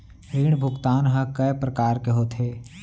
ऋण भुगतान ह कय प्रकार के होथे?